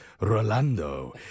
Rolando